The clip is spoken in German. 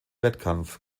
wettkampf